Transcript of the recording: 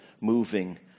moving